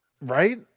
Right